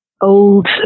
Old